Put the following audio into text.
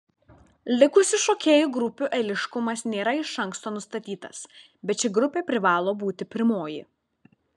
likusių šokėjų grupių eiliškumas nėra iš anksto nustatytas bet ši grupė privalo būti pirmoji